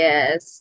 Yes